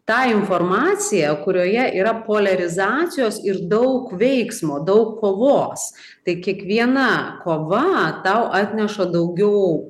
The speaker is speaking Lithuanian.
tą informaciją kurioje yra poliarizacijos ir daug veiksmo daug kovos tai kiekviena kova tau atneša daugiau